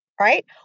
Right